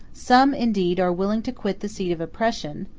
some, indeed, are willing to quit the seat of oppression,